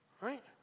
right